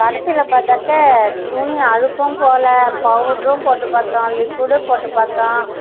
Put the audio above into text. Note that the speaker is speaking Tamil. கடைசியில் பார்த்தாக்கா துணி அழுக்கும் போகல பவுடரும் போட்டும் பார்த்தோம் லிக்விடு போட்டுப் பார்த்தோம்